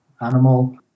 animal